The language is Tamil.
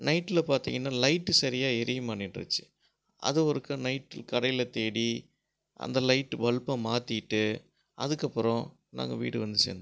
நைட்டில் பார்த்தீங்கன்னா லைட் சரியாக எரிய மாட்டேன்னுடுச்சு அதை ஒருக்க நைட்டில் கடையில் தேடி அந்த லைட் பல்பை மாற்றிட்டு அதுக்குப்புறம் நாங்கள் வீட்டுக்கு வந்து சேர்ந்தோம்